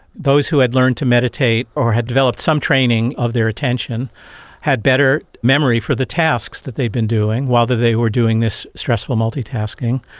those who had learned to meditate or had developed some training of their attention had better memory for the tasks that they'd been doing while they were doing this stressful multitasking.